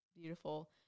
Beautiful